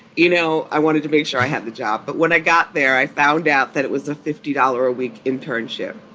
you know, i wanted to make sure i had the job. but when i got there, i found out that it was a fifty dollar a week internship,